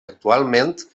actualment